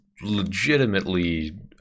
legitimately